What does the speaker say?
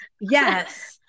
Yes